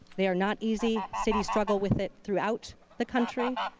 they are not easy. cities struggle with it throughout the country.